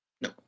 No